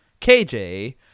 KJ